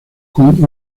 con